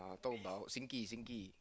talk about Sinki Sinki